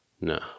No